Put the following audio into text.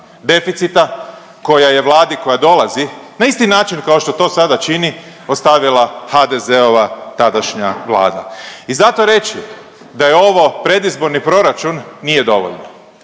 deficita koja je vladi koja dolazi, na isti način kao što to sada čini, ostavila HDZ-ova tadašnja vlada. I zato reći da je ovo predizborni proračun nije dovoljno.